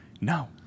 No